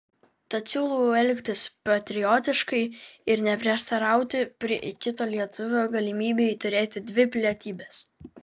tad siūlau elgtis patriotiškai ir neprieštarauti kito lietuvio galimybei turėti dvi pilietybes